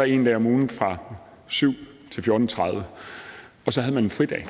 7-17, en dag om ugen fra kl. 7-14.30, og så havde man en fridag.